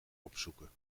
opzoeken